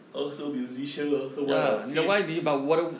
also musician also want ah she